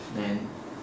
then